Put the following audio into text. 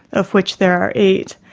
of which there are eight,